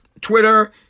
Twitter